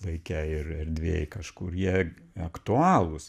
laike ir erdvėj kažkur jie aktualūs